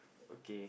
okay